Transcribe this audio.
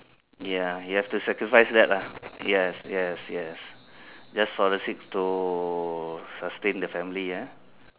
ya you have to sacrifice that ah yes yes yes just for the sake to sustain the family eh